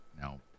now